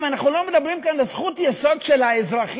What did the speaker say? האם אנחנו לא מדברים כאן על זכות יסוד של האזרחים,